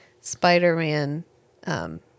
Spider-Man